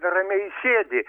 ramiai sėdi